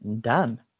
Dan